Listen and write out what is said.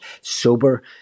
sober